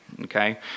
okay